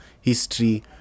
history